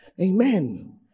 Amen